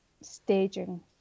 staging